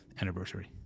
anniversary